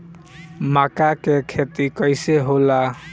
मका के खेती कइसे होला?